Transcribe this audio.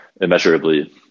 immeasurably